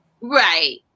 Right